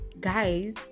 guys